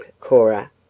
Cora